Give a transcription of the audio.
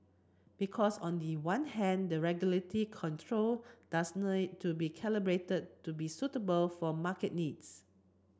because on the one hand the regulatory control does to be calibrated to be suitable for market needs